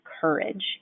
courage